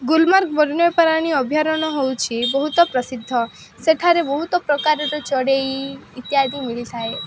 ଗୁଲମାର୍ଗ ବନ୍ୟପ୍ରାଣୀ ଅଭୟାରଣ ହେଉଛି ବହୁତ ପ୍ରସିଦ୍ଧ ସେଠାରେ ବହୁତ ପ୍ରକାରର ଚଢ଼େଇ ଇତ୍ୟାଦି ମିଳିଥାଏ